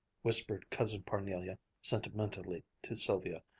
whispered cousin parnelia sentimentally to sylvia,